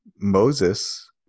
moses